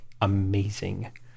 amazing